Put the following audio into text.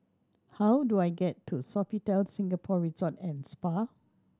how do I get to Sofitel Singapore Resort and Spa